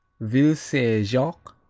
ville saint-jacques